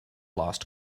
lost